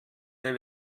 der